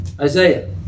Isaiah